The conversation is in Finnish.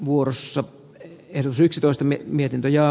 vuorossa erosi yksitoista mietintö ja